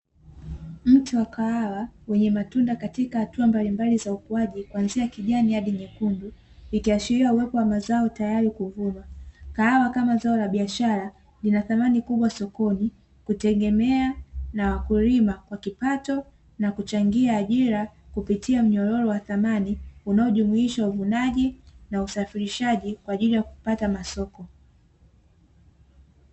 Mti wa kahawa wenye matunda katika hatua mbalimbali za ukuaji kwanzia kijani hadi nyekundu. Ikiashiria uwepo wa mazao tayari kuvunwa, kahawa kama zao la biashara linathamani kubwa sokoni kutegemea na wakulima kwa kipato na kuchangia ajira kupitia mnyororo wa dhamani unaojumuisha uvunaji, na usafirishaji kwa ajili ya kupata masoko.